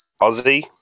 Ozzy